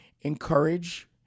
Encourage